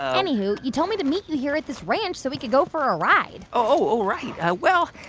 anywho, you told me to meet you here at this ranch so we could go for a ride oh, right. ah well,